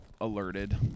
alerted